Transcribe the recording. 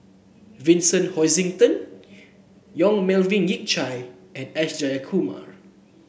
Vincent Hoisington Yong Melvin Yik Chye and S Jayakumar